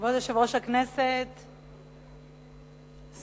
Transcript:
כבוד יושב-ראש הכנסת, שרים,